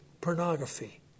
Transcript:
pornography